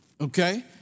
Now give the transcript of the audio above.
Okay